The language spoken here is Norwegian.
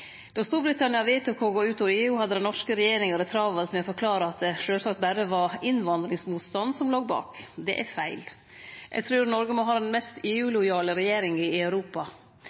Då Storbritannia vedtok å gå ut or EU, hadde den norske regjeringa det travelt med å forklare at det sjølvsagt berre var innvandringsmotstand som låg bak. Det er feil. Eg trur Noreg må ha den mest EU-lojale regjeringa i Europa.